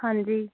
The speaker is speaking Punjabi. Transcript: ਹਾਂਜੀ